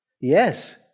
Yes